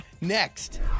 Next